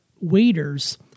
waiters